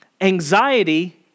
Anxiety